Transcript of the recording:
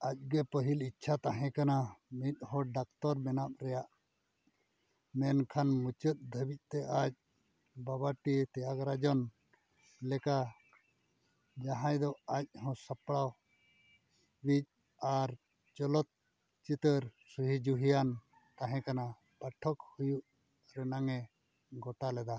ᱟᱡ ᱜᱮ ᱯᱟᱹᱦᱤᱞ ᱤᱪᱪᱷᱟ ᱛᱟᱦᱮᱸ ᱠᱟᱱᱟ ᱢᱤᱫ ᱦᱚᱲ ᱰᱟᱠᱛᱟᱨ ᱵᱮᱱᱟᱣ ᱨᱮᱭᱟᱜ ᱢᱮᱱᱠᱷᱟᱱ ᱢᱩᱪᱟᱹᱫ ᱫᱷᱟᱹᱨᱤᱡᱛᱮ ᱟᱡ ᱵᱟᱵᱟ ᱴᱤ ᱛᱤᱭᱟᱹᱜᱨᱟᱡᱚᱱ ᱞᱮᱠᱟ ᱡᱟᱦᱟᱸᱭ ᱫᱚ ᱟᱡ ᱦᱚᱸ ᱥᱟᱯᱲᱟᱣ ᱢᱤᱫ ᱟᱨ ᱪᱚᱞᱚᱛ ᱪᱤᱛᱟᱹᱨ ᱥᱟᱹᱦᱤ ᱡᱩᱦᱤᱭᱟᱱ ᱛᱟᱦᱮᱸ ᱠᱟᱱᱟ ᱯᱟᱴᱷᱚᱠ ᱦᱩᱭᱩᱜ ᱨᱮᱱᱟᱜ ᱮ ᱜᱚᱴᱟ ᱞᱮᱫᱟ